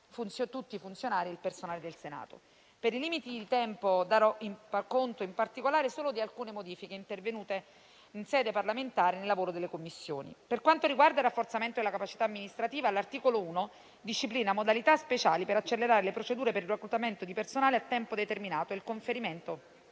tutti i funzionari e il personale del Senato. Per limiti di tempo, darò conto in particolare solo di alcune modifiche intervenute in sede parlamentare nel lavoro delle Commissioni. Per quanto riguarda il rafforzamento della capacità amministrativa, l'articolo 1 disciplina modalità speciali per accelerare le procedure per il reclutamento di personale a tempo determinato e il conferimento